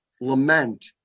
lament